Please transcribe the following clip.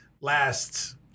last